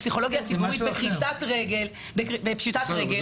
הפסיכולוגיה הציבורית נמצאת בקריסה, בפשיטת רגל.